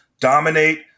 dominate